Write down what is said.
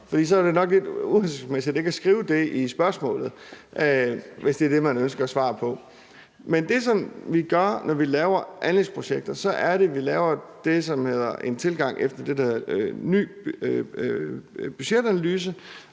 for så er det nok lidt uhensigtsmæssigt ikke at skrive det i spørgsmålet, hvis det er det, man ønsker svar på. Men det, som vi gør, når vi laver anlægsprojekter, er, at vi laver en tilgang efter det, som hedder ny budgetanalyse,